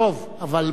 אבל מה,